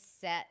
set